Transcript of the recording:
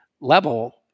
level